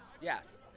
Yes